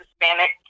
Hispanic